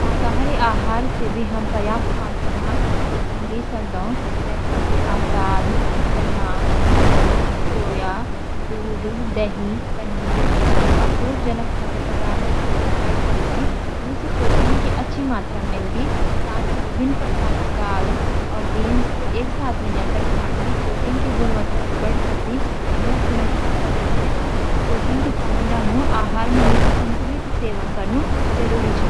शाकाहारी आहार से भी हम पर्याप्त मात्रा म प्रोटीन ली सकदौ, वे खातिर आप दाल, मूँग, छोले, सोया, पनीर, दही, और बादाम, अखरोट जन खाद्य पदार्थों का सेवन करी सक दे। यूंसी आपको प्रोटीन की अच्छी मात्रा मिलदी। साथ ही विभिन्न प्रकार के दाल और अनाज मिलाकर खाएं, ताकि सभी आवश्यक अमीनो एसिड्स मिल सकें। साथ ही, पौष्टिक सब्जियाँ और फल भी शामिल करें, जिससे आपक प्रोटीन की जरूरत पूरी हो सके।